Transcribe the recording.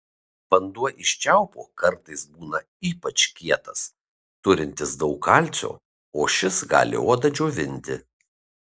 vanduo iš čiaupo kartais būna ypač kietas turintis daug kalcio o šis gali odą džiovinti